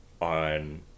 on